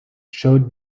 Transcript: showed